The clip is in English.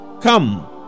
come